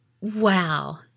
Wow